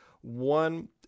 One